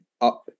up